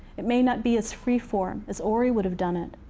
it may not be as free form as ori would have done it,